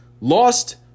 lost